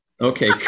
Okay